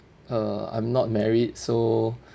uh I'm not married so